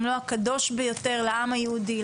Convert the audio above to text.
אם לא הקדוש ביותר לעם היהודי,